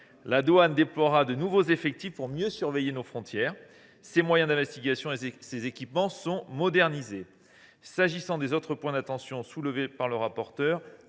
La douane déploiera de nouveaux effectifs pour mieux surveiller nos frontières ; ses moyens d’investigation et ses équipements seront modernisés. Pour ce qui concerne les autres points d’attention soulevés par le rapporteur